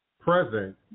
present